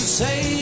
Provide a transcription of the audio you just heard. say